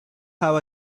how